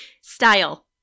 Style